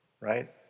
right